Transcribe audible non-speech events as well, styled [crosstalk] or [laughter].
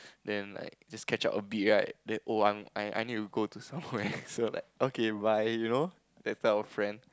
then like just catch up a bit right then oh I'm I I need to go to somewhere [laughs] so like okay bye you know that type of friend